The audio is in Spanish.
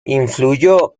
influyó